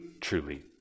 truly